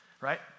right